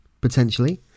potentially